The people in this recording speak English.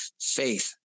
faith